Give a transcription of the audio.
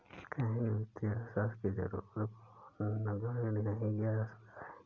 कहीं भी वित्तीय अर्थशास्त्र की जरूरत को नगण्य नहीं किया जा सकता है